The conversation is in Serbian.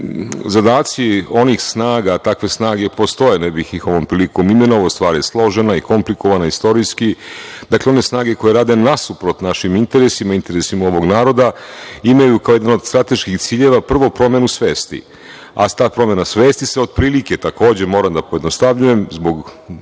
zadaci onih snaga, takve snage postoje, ne bih ih ovom prilikom imenovao, stvar je složena i komplikovana istorijski, dakle, one snage koje rade nasuprot našim interesima, interesima ovog naroda, imaju kao jedan od strateških ciljeva, prvo promenu svesti, a ta promena svesti se otprilike, takođe, moram da pojednostavljujem, zbog dužine